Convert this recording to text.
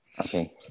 Okay